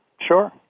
Sure